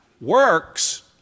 works